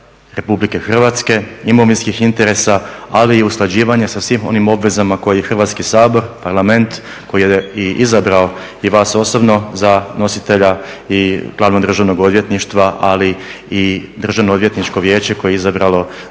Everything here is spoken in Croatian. Republike Hrvatske, imovinskih interesa ali i usklađivanje sa svim onim obvezama koje je i Hrvatski sabor, Parlament koje je i izabrao i vas osobno za nositelja i glavnog državnog odvjetništva ali i Državnoodvjetničko vijeće koje je izabralo